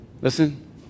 Listen